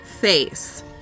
face